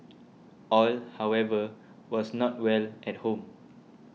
all however was not well at home